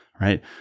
right